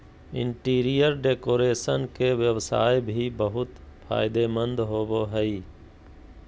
interior decoration के व्यवसाय भी बहुत फायदेमंद होबो हइ